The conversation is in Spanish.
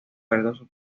verdoso